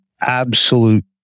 absolute